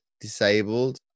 disabled